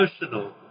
emotional